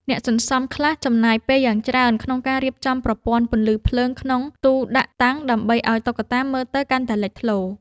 អ្នកសន្សំខ្លះចំណាយពេលយ៉ាងច្រើនក្នុងការរៀបចំប្រព័ន្ធពន្លឺភ្លើងក្នុងទូដាក់តាំង ដើម្បីឱ្យតុក្កតាមើលទៅកាន់តែលេចធ្លោ។